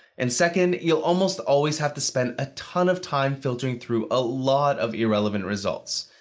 and second, you'll almost always have to spend a ton of time filtering through a lot of irrelevant results.